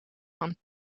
van